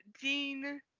Dean